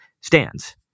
stands